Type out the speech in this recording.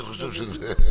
אני חושב שזה רז.